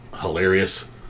hilarious